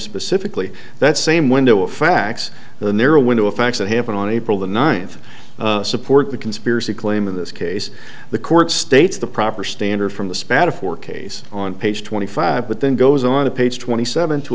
specifically that same window of facts the narrow window of facts that happened on april the ninth support the conspiracy claim of this case the court states the proper standard from the spatafore case on page twenty five but then goes on to page twenty seven to